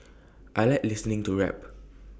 I Like listening to rap